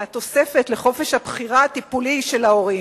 תוספת לחופש הבחירה הטיפולי של ההורים,